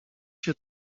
się